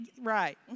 right